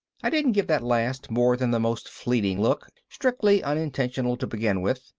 i didn't give that last more than the most fleeting look, strictly unintentional to begin with,